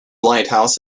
lighthouse